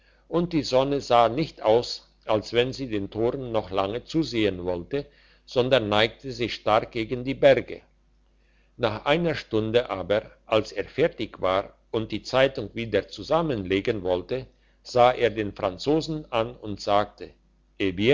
und die sonne sah nicht aus als wenn sie den toren noch lange zusehen wollte sondern neigte sich stark gegen die berge nach einer stunde aber als er fertig war und die zeitung wieder zusammenlegen wollte sah er den franzosen an und sagte